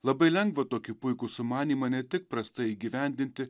labai lengva tokį puikų sumanymą ne tik prastai įgyvendinti